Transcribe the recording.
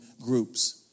groups